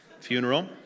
funeral